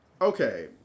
okay